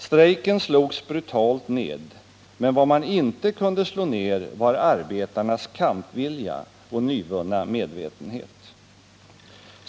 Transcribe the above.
Strejken slogs brutalt ned, men vad man inte kunde slå ned var arbetarnas kampvilja och nyvunna medvetenhet.